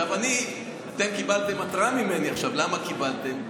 אתם קיבלתם התראה ממני עכשיו, למה קיבלתם?